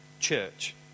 church